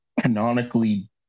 canonically